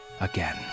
again